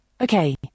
Okay